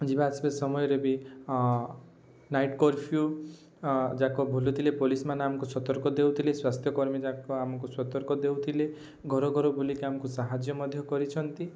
ଯିବା ଆସିବା ସମୟରେ ବି ହଁ ନାଇଟ୍ କରଫ୍ୟୁ ଯାକ ବୁଲୁଥିଲେ ପୋଲିସ ମାନେ ଆମକୁ ସତର୍କ ଦେଉଥିଲେ ସ୍ୱାସ୍ଥ୍ୟକର୍ମୀ ଯାକ ଆମକୁ ସତର୍କ ଦେଉଥିଲେ ଘର ଘର ବୁଲିକି ଆମକୁ ସାହାଯ୍ୟ ମଧ୍ୟ କରିଛନ୍ତି